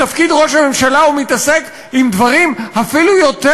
בתפקיד ראש הממשלה הוא מתעסק עם דברים אפילו יותר